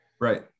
Right